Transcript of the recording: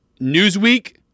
Newsweek